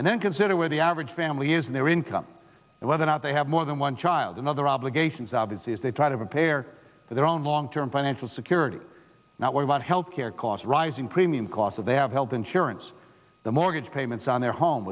and then consider where the average family is in their income and whether or not they have more than one child and other obligations obviously as they try to repair their own long term financial security now about health care costs rising premium cost of they have health insurance the mortgage payments on their home